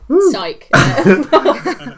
Psych